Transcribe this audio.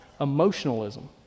Emotionalism